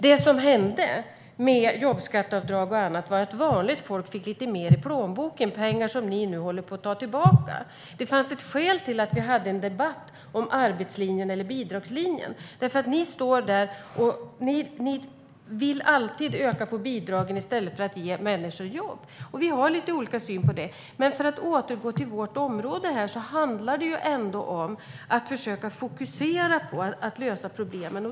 Det som hände med jobbskatteavdrag och annat var att vanligt folk fick lite mer i plånboken - pengar som ni nu håller på att ta tillbaka. Det fanns ett skäl till att vi förde en debatt om arbetslinjen eller bidragslinjen. Ni vill alltid öka på bidragen i stället för att ge människor jobb, och vi har lite olika syn på det. För att återgå till vårt område handlar det om att försöka fokusera på att lösa problemen.